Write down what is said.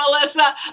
Melissa